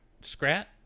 Scrat